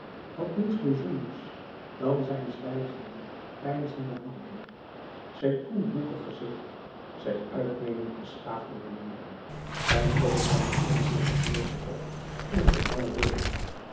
had niets bijzonders dan zijn zwijgende peinzende houding zijn koel hoekig gezicht zijn uitnemend beschaafde manieren zijn tot aan de kin dichtgeknoopten rok en zijn lange beenen